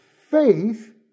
faith